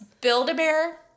Build-A-Bear